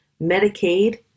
Medicaid